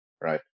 right